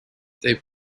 they